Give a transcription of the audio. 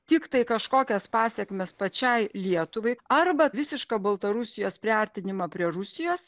tiktai kažkokias pasekmes pačiai lietuvai arba visišką baltarusijos priartinimą prie rusijos